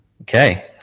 Okay